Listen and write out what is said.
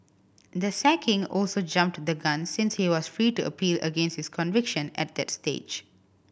the sacking also jumped the gun since he was free to appeal against his conviction at that stage